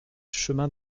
chemin